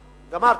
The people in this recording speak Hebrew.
תודה רבה, גמרתי.